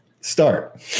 start